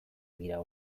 dira